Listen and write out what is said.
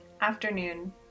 afternoon